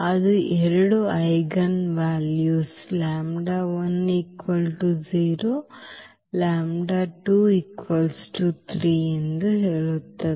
ಅದು ಎರಡು eigen values ಎಂದು ಹೇಳುತ್ತದೆ